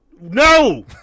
No